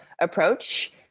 approach